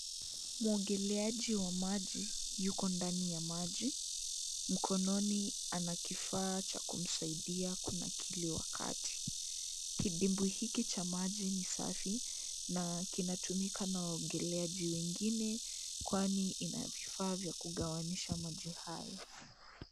Mwogeleaji wa maji yuko ndani ya maji, mkononi ana kifaa cha kumsaidia kunakili wakati, kidimbwi hiki cha maji ni safi, na kinatumika na waogeleaji wengine, kwani ina vifaa vya kugawanyisha maji hayo.